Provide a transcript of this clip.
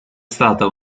stata